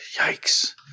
Yikes